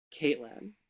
caitlin